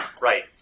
Right